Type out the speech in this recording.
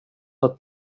att